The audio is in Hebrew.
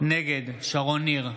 נגד שרון ניר,